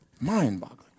mind-boggling